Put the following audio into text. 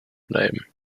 bleiben